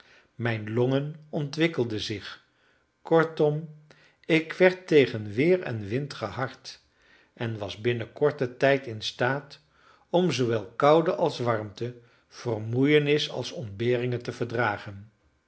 mijn longen ontwikkelden zich kortom ik werd tegen weer en wind gehard en was binnen korten tijd in staat om zoowel koude als warmte vermoeienis als ontberingen te verdragen